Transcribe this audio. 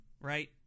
right